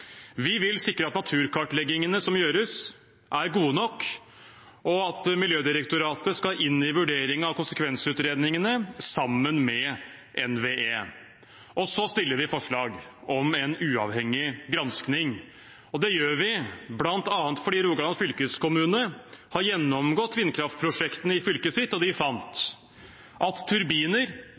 Vi vil sikre at naturkartleggingene som gjøres, er gode nok, og at Miljødirektoratet skal inn i vurderingen av konsekvensutredningene sammen med NVE. Og så fremmer vi forslag om en uavhengig gransking. Det gjør vi bl.a. fordi Rogaland fylkeskommune har gjennomgått vindkraftprosjektene i fylket sitt, og de fant at turbiner